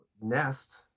Nest